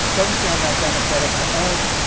doesn't sound that democratic to us.